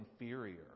inferior